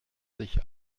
sich